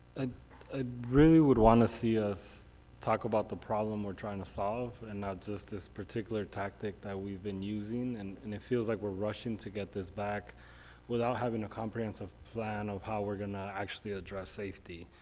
ah ah really would want to see us talk about the problem we're trying to solve and not just this particular tactic that we've been using and and it feels like we're rushing to get this back without having a comprehensive plan of how we're actually going to address safety.